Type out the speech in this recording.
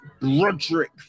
Roderick